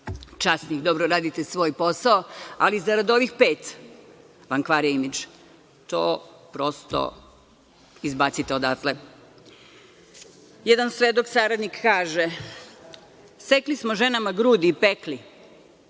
časnih, dobro radite svoj posao, ali zarad ovih 5% vam kvare imidž. To prosto izbacite odatle. Jedan svedok saradnik kaže – sekli smo ženama grudi i pekli.